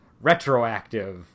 retroactive